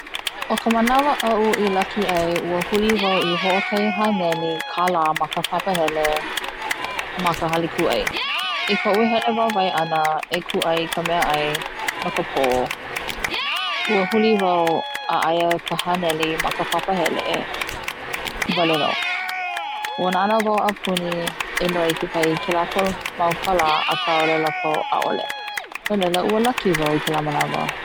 O ka manawa aʻu i laki ai ua huli wau i hoʻokahihaneli kālā ma ka papahele ma ka hale kūʻai, i koʻu hele wāwae ana e kūʻai i ka meaʻai no ka pō, ua huli wau a aia ka hāneli ma ka papahele wale nō, ua nānā wau apuni e noi kekahi kela mau kālā aka ʻōlelo lākou ʻaʻole no laila ua laki wau kela manawa.